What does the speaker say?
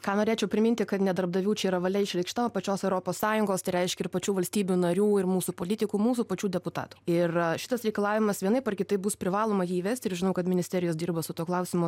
ką norėčiau priminti kad ne darbdavių čia yra valia išreikšta o pačios europos sąjungos tai reiškia ir pačių valstybių narių ir mūsų politikų mūsų pačių deputatų ir šitas reikalavimas vienaip ar kitaip bus privaloma jį įvesti ir žinau kad ministerijos dirba su tuo klausimu